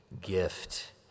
gift